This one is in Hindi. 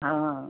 हाँ